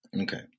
Okay